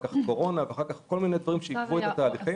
קורונה ועוד דברים שעיכבו את התהליכים.